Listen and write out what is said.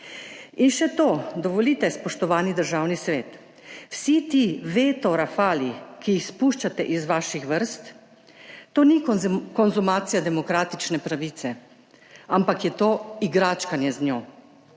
In še to. Dovolite, spoštovani državni svet, vsi ti veto rafali, ki jih spuščate iz vaših vrst, to ni konzumacija demokratične pravice, ampak je to igračkanje z njo.